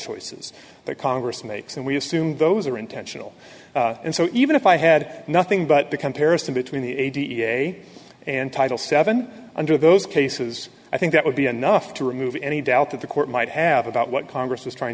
choices that congress makes and we assume those are intentional and so even if i had nothing but the comparison between the a da and title seven under those cases i think that would be enough to remove any doubt that the court might have about what congress is trying